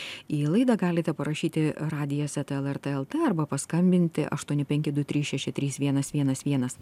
į laidą galite parašyti radijas eta lrt lt arba paskambinti aštuoni penki du trys šeši trys vienas vienas vienas